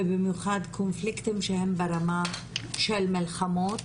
ובמיוחד קונפליקטים שהם ברמה של מלחמות,